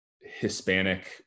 Hispanic